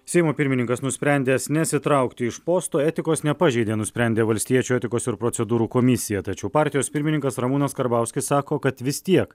seimo pirmininkas nusprendęs nesitraukti iš posto etikos nepažeidė nusprendė valstiečių etikos ir procedūrų komisija tačiau partijos pirmininkas ramūnas karbauskis sako kad vis tiek